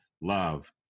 love